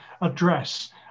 address